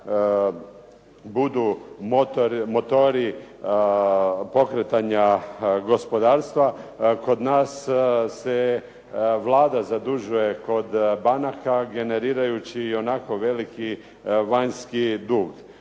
budu motori pokretanja gospodarstva kod nas se Vlada zadužuje kod banaka generirajući i onako veliki vanjski dug.